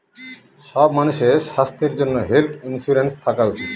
সব মানুষের স্বাস্থ্যর জন্য হেলথ ইন্সুরেন্স থাকা উচিত